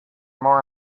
more